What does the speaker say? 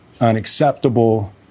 unacceptable